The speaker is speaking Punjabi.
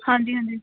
ਹਾਂਜੀ ਹਾਂਜੀ